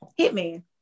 hitman